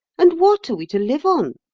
and what are we to live on'?